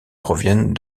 proviennent